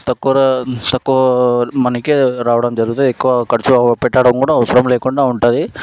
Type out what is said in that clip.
తక్కువ తక్కువ మనకి రావడం జరుగుతుంది ఎక్కువ ఖర్చు పెట్టడం కూడా అవసరం లేకుండా ఉంటుంది